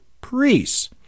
priests